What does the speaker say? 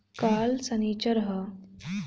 काल्ह सनीचर ह